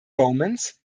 romance